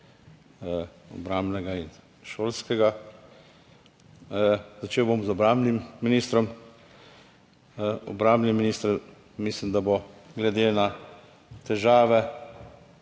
obrambnega in šolskega. Začel bom z obrambnim ministrom. Obrambni minister, mislim, da bo, glede na težave